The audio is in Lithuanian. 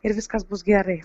ir viskas bus gerai